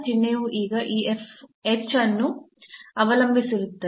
ಚಿಹ್ನೆಯು ಈಗ ಈ h ಅನ್ನು ಅವಲಂಬಿಸಿರುತ್ತದೆ